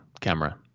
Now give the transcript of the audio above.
camera